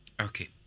Okay